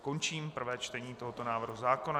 Končím prvé čtení tohoto návrhu zákona.